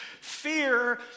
fear